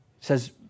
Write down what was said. says